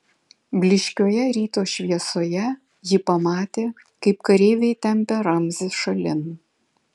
blyškioje ryto šviesoje ji pamatė kaip kareiviai tempia ramzį šalin